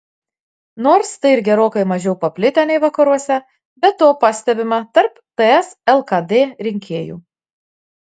nors tai ir gerokai mažiau paplitę nei vakaruose bet to pastebima tarp ts lkd rinkėjų